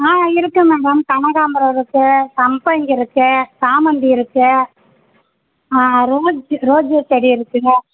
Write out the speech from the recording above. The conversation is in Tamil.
ஆ இருக்குது மேடம் கனகாம்பரம் இருக்குது சம்பங்கி இருக்குது சாமந்தி இருக்குது ரோஜ் ரோஜா செடி இருக்குதுங்க